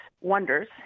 wonders